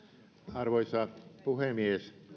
arvoisa puhemies